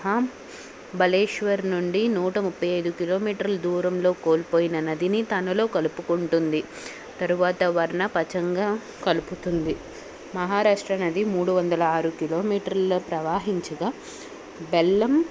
మహాబలేేశ్వర్ నుండి నూట ముప్పై ఐదు కిలోమీటర్ల దూరంలో కోల్పోయిన నదిని తనలో కలుపుకుంటుంది తరువాత వరణ పచంగా కలుపుతుంది మహారాష్ట్ర నది మూడు వందల ఆరు కిలోమీటర్లు ప్రవాహించగా బెల్లం